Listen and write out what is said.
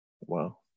Wow